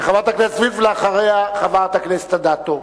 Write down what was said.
חברת הכנסת עינת וילף, ואחריה, חברת הכנסת אדטו.